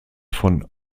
von